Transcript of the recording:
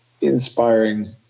inspiring